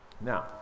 now